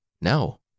No